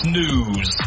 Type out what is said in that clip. news